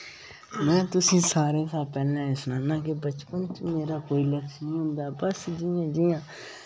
में तुसें सारें शा पैह्ले एह् सनान्नां के बचपन च मेरा कोई लक्ष्य नीं होंदा हा बस जि'यां जि'यां